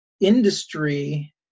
industry